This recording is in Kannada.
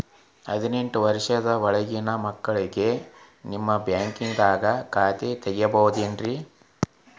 ಹದಿನೆಂಟು ವರ್ಷದ ಒಳಗಿನ ಮಕ್ಳಿಗೆ ನಿಮ್ಮ ಬ್ಯಾಂಕ್ದಾಗ ಖಾತೆ ತೆಗಿಬಹುದೆನ್ರಿ?